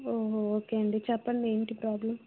ఓహో ఓకే అండి చెప్పండి ఏంటి ప్రాబ్లం